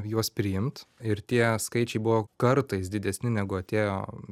juos priimt ir tie skaičiai buvo kartais didesni negu atėjo